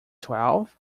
twelve